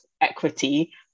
equity